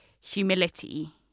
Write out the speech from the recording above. humility